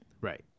Right